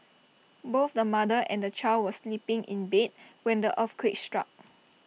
both the mother and the child were sleeping in bed when the earthquake struck